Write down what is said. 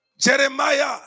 Jeremiah